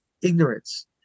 ignorance